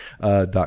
dot